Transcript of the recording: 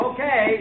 Okay